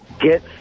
Get